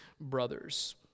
brothers